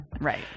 Right